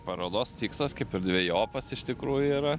parodos tikslas kaip ir dvejopas iš tikrųjų yra